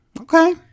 Okay